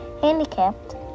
handicapped